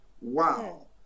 Wow